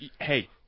hey